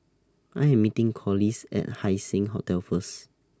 I Am meeting Corliss At Haising Hotel First